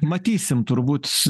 matysim turbūt